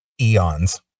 eons